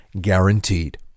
Guaranteed